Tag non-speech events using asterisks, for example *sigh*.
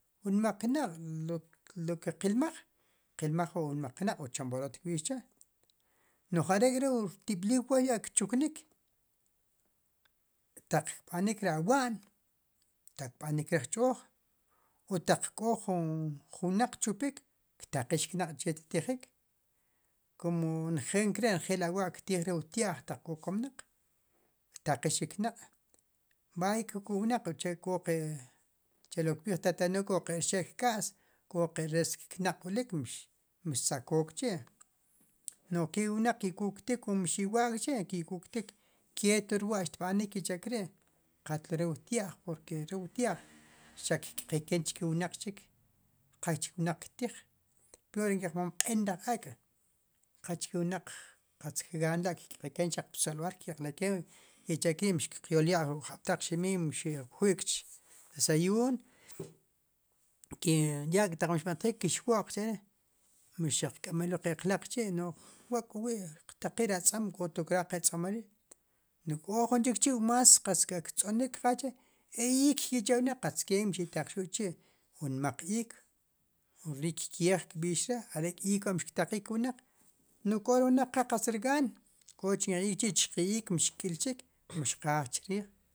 Wu nmaq kna'q lo loke qilmaj qilmaj wu nmaq knaq wu chomborot kb'ix che nu'j are' k'ri' wu rtib'lil way wu kchuknik taq kb'anik ri awa'n taq kb'anik ri jch'ooj o taq k'o jun ju wnaq kchupik ktaqix knaq' che ttijik kumo nejel k'ri' nejel awa' ktij re wu tia'j taq k'o komnaq ktaqix ri knaq bay kuk' wu wanq uche k'o ke chelokb'ij tatanol k'o ki' rxe' kk'as k'o ki' rest kknaq k'olik mix mixtzakook chi' nuke wnaq ki' kuktik wu mixi'wa' k'chi ki' kuktik ketlo ri wa' xb'anik ki cha'kri qatlore' wu tia'j porque re wu tia'j xaq kk'qeken chki wanq chik qach wnaq ktij pior ri eqmon laj q'en laj ak' qach ke wnaq katz kgaan la' kk'qeken xaq psolb'al kyalaken wi' kicha' kri mixyolya' jun jab'taq ximiy mixujwi'k pdesayun *hesitation* yak'taq mix b'antjik kix wo'q chak'ri mixeq k'melul kiq laq chi nu'j wa k'o wi' qtaqij ri atz'om k'o tlo kraj kir tz'amalil nu'j k'o ju chik chi' wu mas qatz qa tz'onik kqaj chi e ik ki cha wnaq qatz ke' mixe taqxu'l chi' wu nmaq iik wu riik keej kb'ix chre' are'k' iik wa mixktaqij ke wnaq nu'j q'o ri wnaq qa qatz kgaan q'o chnk'ej iik chik chqij iik mix k'ilxik mixqaj chriij